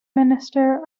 minister